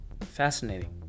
Fascinating